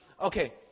Okay